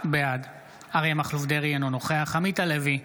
בעד אריה מכלוף דרעי, אינו נוכח עמית הלוי,